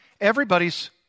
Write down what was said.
Everybody's